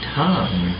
tongue